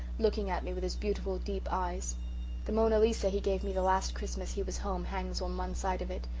looking at me with his beautiful deep eyes the mona lisa he gave me the last christmas he was home hangs on one side of it,